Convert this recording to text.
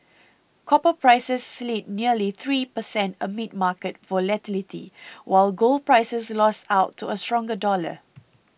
copper prices slid nearly three per cent amid market volatility while gold prices lost out to a stronger dollar